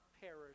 perish